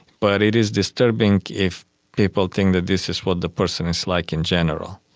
but it is disturbing if people think that this is what the person is like in general.